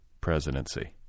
presidency